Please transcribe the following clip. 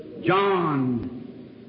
John